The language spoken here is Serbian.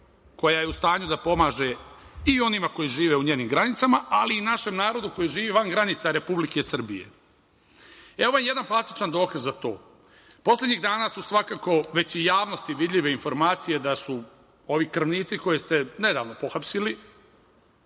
koja je u stanju da pomaže i onima koji žive u njenim granicama, ali i našem narodu koji živi van granica Republike Srbije. Evo jedan plastičan dokaz za to. Poslednjih dana su svakako već i javnosti vidljive informacije da su ovi krvnici koje ste nedavno pohapsili